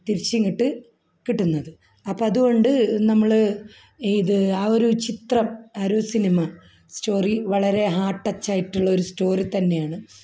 തിരിച്ച് ഇങ്ങോട്ട് കിട്ടുന്നത് അപ്പോൾ അതുകൊണ്ട് നമ്മൾ ഇത് ആ ഒരു ചിത്രം ആ ഒരു സിനിമ സ്റ്റോറി വളരെ ഹാർട്ട് ടച്ച് ആയിട്ടുള്ള ഒരു സ്റ്റോറി തന്നെയാണ്